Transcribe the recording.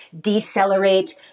decelerate